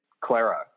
Clara